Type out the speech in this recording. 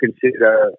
consider